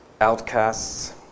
outcasts